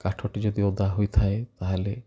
କାଠଟି ଯଦି ଓଦା ହେଇଥାଏ ତାହେଲେ